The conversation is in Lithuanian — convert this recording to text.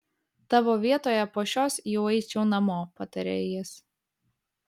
tavo vietoje po šios jau eičiau namo patarė jis